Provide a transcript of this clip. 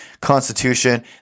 constitution